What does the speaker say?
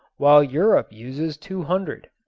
while europe uses two hundred.